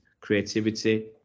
creativity